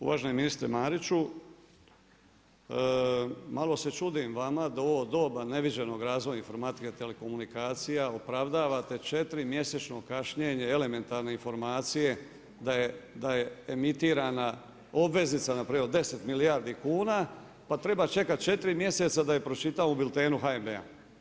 Uvaženi ministre Mariću, malo se čudim vama da u ovo doba neviđenog razvoja informatike i telekomunikacija opravdavate četiri mjesečno kašnjenje elementarne informacije da je emitirana obveznica od 10 milijardi kuna pa treba čekati četiri mjeseca da je pročitamo u biltenu HNB-a.